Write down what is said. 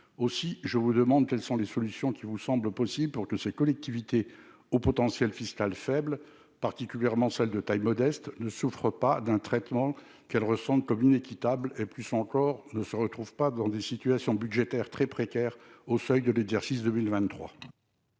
aussi je vous demande quelles sont les solutions qui vous semble possible pour que ces collectivités au potentiel fiscal faible, particulièrement celles de taille modeste, ne souffre pas d'un traitement qu'elles ressentent comme inéquitable et puis son corps ne se retrouve pas dans des situations budgétaires très précaire au seuil de l'exercice 2023.